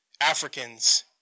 Africans